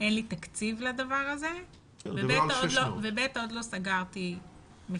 אין לתקציב לדבר הזה ועוד לא סגרת מכרז.